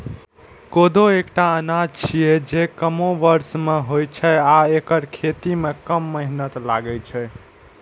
कोदो एकटा अनाज छियै, जे कमो बर्षा मे होइ छै आ एकर खेती मे कम मेहनत लागै छै